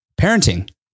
parenting